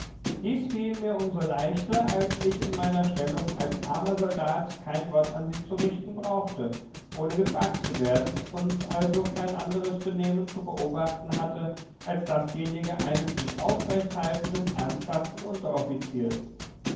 dies fiel mir um so leichter als ich in meiner stellung als armer soldat kein wort an sie zu richten brauchte ohne gefragt zu werden und also kein anderes benehmen zu beobachten hatte als dasjenige eines sich aufrechthaltenden ernsthaften unteroffiziers